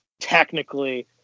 technically